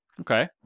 okay